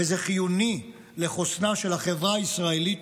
וזה חיוני לחוסנה של החברה הישראלית,